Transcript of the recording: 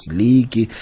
league